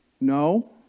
No